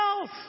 else